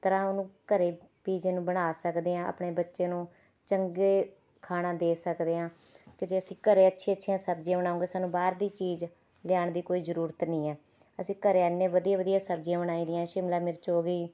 ਤਰ੍ਹਾਂ ਉਹਨੂੰ ਘਰ ਪੀਜ਼ੇ ਨੂੰ ਬਣਾ ਸਕਦੇ ਹਾਂ ਆਪਣੇ ਬੱਚੇ ਨੂੰ ਚੰਗਾ ਖਾਣਾ ਦੇ ਸਕਦੇ ਹਾਂ ਅਤੇ ਜੇ ਅਸੀਂ ਘਰ ਅੱਛੀ ਅੱਛੀਆਂ ਸਬਜ਼ੀਆਂ ਬਣਾਉਗੇ ਸਾਨੂੰ ਬਾਹਰ ਦੀ ਚੀਜ਼ ਲਿਆਉਣ ਦੀ ਕੋਈ ਜ਼ਰੂਰਤ ਨਹੀਂ ਹੈ ਅਸੀਂ ਘਰ ਐਨੇ ਵਧੀਆ ਵਧੀਆ ਸਬਜ਼ੀਆਂ ਬਣਾਈ ਦੀਆਂ ਸ਼ਿਮਲਾ ਮਿਰਚ ਹੋ ਗਈ